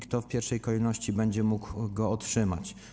Kto w pierwszej kolejności będzie mógł go otrzymać?